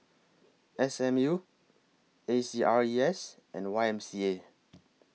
S M U A C R E S and Y M C A